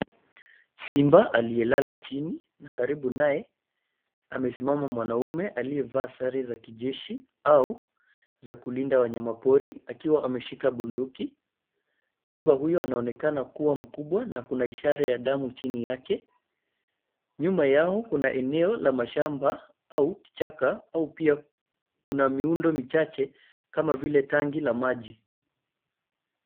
Simba aliyelala chini, na karibu naye amesimama mwanaume aliyevaa sare za kijeshi, au za kulinda wanyama pori akiwa ameshika bunduki. Simba huyo anaonekana kuwa mkubwa na kuna ishara ya damu chini yake. Nyuma yao, kuna eneo la mashamba au kichaka au pia kuna miundo michache kama vile tanki la maji.